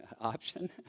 option